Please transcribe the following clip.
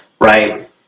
Right